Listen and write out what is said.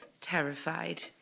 terrified